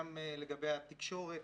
גם לגבי התקשורת,